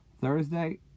Thursday